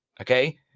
okay